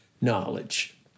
knowledge